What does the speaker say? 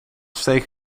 steek